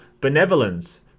benevolence